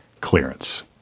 clearance